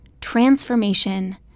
transformation